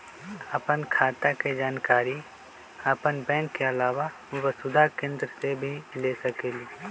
आपन खाता के जानकारी आपन बैंक के आलावा वसुधा केन्द्र से भी ले सकेलु?